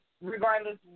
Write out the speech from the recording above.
regardless